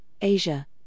Asia